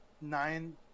nine